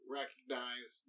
recognize